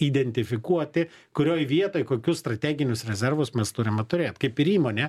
identifikuoti kurioj vietoj kokius strateginius rezervus mes turime turėt kaip ir įmonė